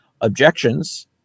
objections